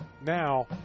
now